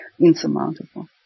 insurmountable